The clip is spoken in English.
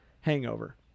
Hangover